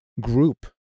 group